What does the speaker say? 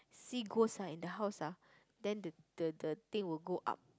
see ghost ah in the house ah then the the thing will go up